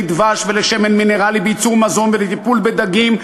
דבש ולשמן מינרלי בייצור מזון ולטיפול בדגים,